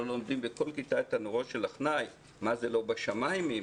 לא לומדים בכל כיתה את - "תנורו של עכנאי" - מה זה - "לא בשמיים היא".